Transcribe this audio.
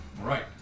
Right